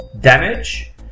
damage